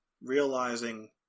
realizing